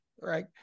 right